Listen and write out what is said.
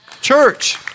Church